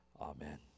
Amen